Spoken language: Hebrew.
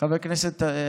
חבר הכנסת אזולאי,